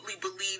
believe